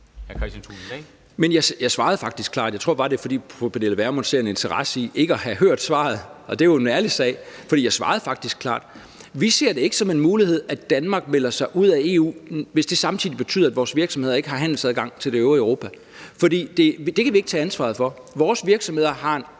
(DF): Jeg svarede faktisk klart. Jeg tror bare, det er, fordi fru Pernille Vermund ser en interesse i ikke at have hørt svaret. Det er jo en ærlig sag, men jeg svarede faktisk klart. Vi ser det ikke som en mulighed, at Danmark melder sig ud af EU, hvis det samtidig betyder, at vores virksomheder ikke har handelsadgang til det øvrige Europa. Det kan vi ikke tage ansvaret for. Vores virksomheder har en